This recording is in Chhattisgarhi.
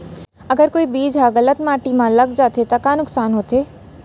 अगर कोई बीज ह गलत माटी म लग जाथे त का नुकसान होथे?